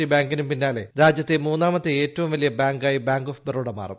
C ബാങ്കിനും പിന്നാലെ രാജ്യത്തെ മൂന്നാമത്തെ ഏറ്റവും വലിയ ബാങ്ക് ആയി ബാങ്ക് ഓഫ് ബറോഡ മാറും